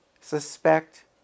suspect